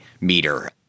meter